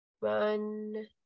run